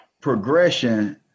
Progression